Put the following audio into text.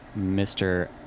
Mr